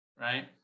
Right